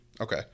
Okay